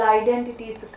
identities